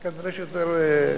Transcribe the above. כנראה שיותר,